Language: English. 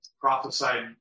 prophesied